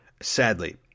Sadly